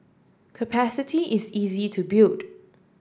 capacity is easy to build